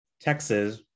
Texas